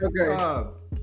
Okay